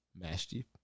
Mastiff